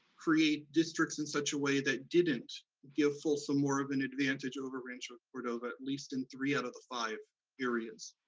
create districts in such a way that didn't give folsom more of an advantage over rancho cordova, at least in three out of the five areas.